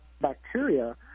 bacteria